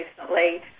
recently